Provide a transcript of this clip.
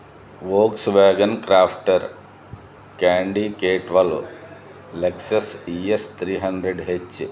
Volkswagen Crafter candy K twelve Lexus E S three hundred H